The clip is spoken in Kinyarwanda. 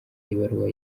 ibaruwa